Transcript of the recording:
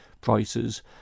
prices